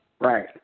Right